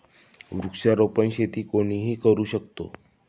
वृक्षारोपण शेती कोणीही करू शकतो